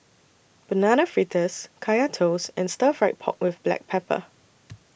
Banana Fritters Kaya Toast and Stir Fried Pork with Black Pepper